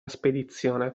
spedizione